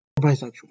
bisexual